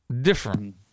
Different